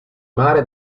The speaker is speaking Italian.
mare